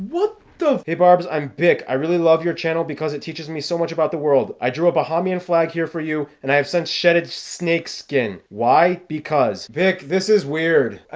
sort of hey barb's, i'm vic i really love your channel because it teaches me so much about the world i drew a bahamians flag here for you and i have sent shedded snakeskin why because vic this is weird. i